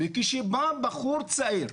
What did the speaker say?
וכשבא בחור צעיר